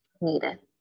needed